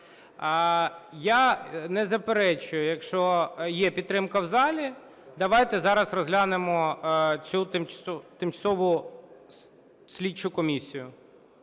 Я не заперечую, якщо є підтримка в залі, давайте зараз розглянемо цю тимчасову слідчу комісію.